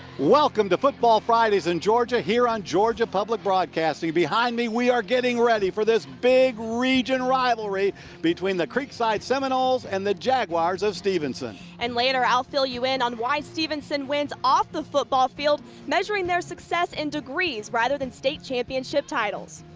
welcome to football fridays in georgia here on georgia public broadcasting. behind me, we are getting ready for the big region rivalry between the creekside seminoles and jaguars of stephenson. and later, i'll fill you in on why stephenson wins off the football field, measuring their success in degrees rather than state championship titles.